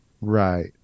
Right